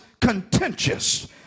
contentious